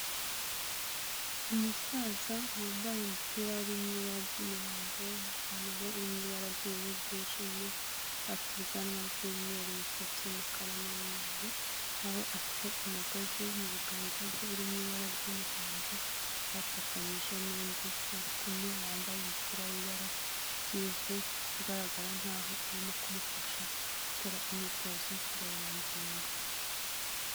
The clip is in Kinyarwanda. Umusaza wambaye umupira urimo ibara ry'umuhondo n'ipantaro irimo ibara ry'ubururu bwijimye, afite ubwanwa bw'umweru, umusatsi w'umukara n'umweru. Aho afite umugozi mu biganza bye uri mu ibara ry'umuhondo afatanyije n'undi bari kumwe wambaye umupira wibara ry'ivu ugaragara nkaho arimo kumufasha gukora imyitozo ngororangingo.